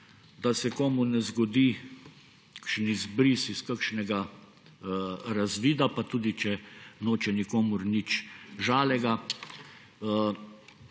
da se komu ne zgodi kakšen izbris iz kakšnega razvida, pa tudi če noče nikomur nič žalega.